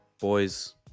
boys